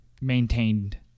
maintained